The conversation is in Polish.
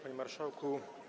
Panie Marszałku!